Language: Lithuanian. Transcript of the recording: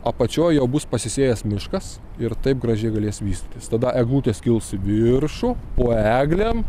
apačioj jau bus pasisėjęs miškas ir taip gražiai galės vystytis tada eglutės kils į viršų po eglėm